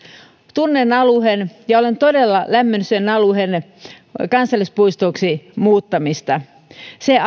tunnen alueen ja olen todella lämmennyt sen alueen kansallispuistoksi muuttamisesta se